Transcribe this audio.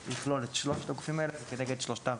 זה יכלול את שלושת הגופים האלה וכנגד שלושתם